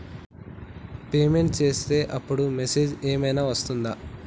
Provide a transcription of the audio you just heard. Payment చేసే అప్పుడు message ఏం ఐనా వస్తదా?